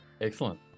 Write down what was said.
Excellent